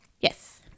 Yes